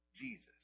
Jesus